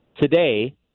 today